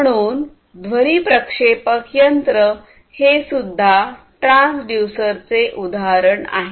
म्हणून ध्वनी प्रक्षेपक यंत्र हे सुद्धा ट्रान्सड्यूसर चे उदाहरण आहे